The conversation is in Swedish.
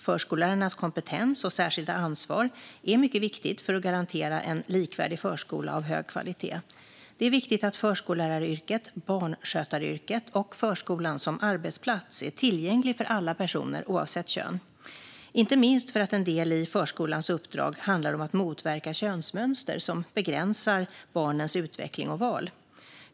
Förskollärarnas kompetens och särskilda ansvar är mycket viktigt för att garantera en likvärdig förskola av hög kvalitet. Det är viktigt att förskolläraryrket, barnskötaryrket och förskolan som arbetsplats är tillgänglig för alla personer oavsett kön, inte minst för att en del i förskolans uppdrag handlar om att motverka könsmönster som begränsar barnens utveckling och val.